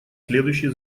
следующие